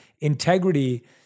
integrity